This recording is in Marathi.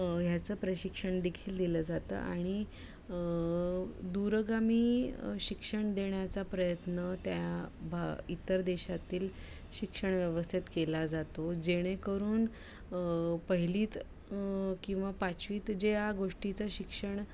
ह्याचं प्रशिक्षण देखील दिलं जातं आणि दूरगामी शिक्षण देण्याचा प्रयत्न त्या भा इतर देशातील शिक्षण व्यवस्थित केला जातो जेणेकरून पहिलीत किंवा पाचवीत ज्या गोष्टीचं शिक्षण